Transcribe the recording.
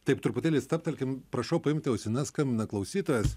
taip truputėlį stabtelkim prašau paimti ausines skambina klausytojas